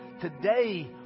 today